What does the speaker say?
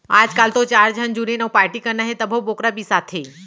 आजकाल तो चार झन जुरिन अउ पारटी करना हे तभो बोकरा बिसाथें